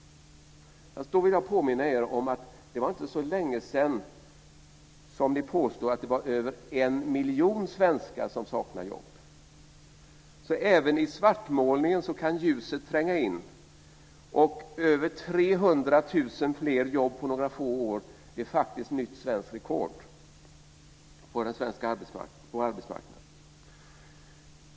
Då vill jag påminna er om att det inte var så länge sedan som ni påstod att det var över 1 miljon svenskar som saknade jobb. Även i svartmålningen kan ljuset tränga in. Över 300 000 fler jobb på några få år är faktiskt nytt svenskt rekord på arbetsmarknaden.